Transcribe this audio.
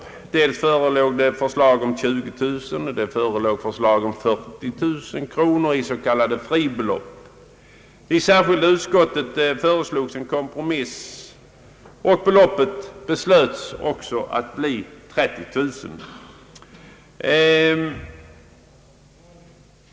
Förslag förelåg dels om 20 000 kronor, dels om 40 000 kronor i s.k. fribelopp. I det särskilda utskottet föreslogs en kompromiss, och beloppet fastställdes till 30 000 kronor.